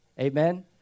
amen